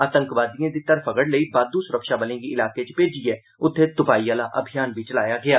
आतंकवादिएं दी धरफगड़ लेई बाद् सुरक्षाबलें गी इलाके च भेजियै उत्थे तुपाई आहला अभियान बी चलाया गेआ